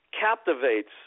captivates